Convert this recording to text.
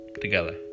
Together